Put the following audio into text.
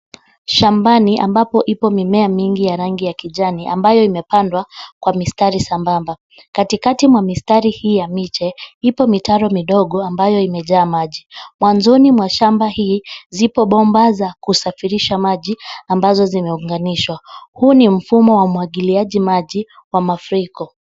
Shambani ambapo ipo mimea mingi ya rangi ya kijani ambayo imepandwa kwa mistari sambamba. Katikati mwa mistari hii ya miche, ipo mitaro midogo ambayo imejaa maji. Mwanzoni mwa shamba hii, zipo bomba za kusafirisha maji ambazo zimeunganishwa. Huu ni mfumo wa umwagiliaji maji wa mafuriko.